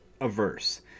averse